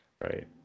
right